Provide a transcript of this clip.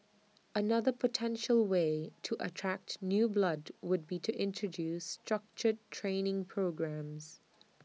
another potential way to attract new blood would be to introduce structured training programmes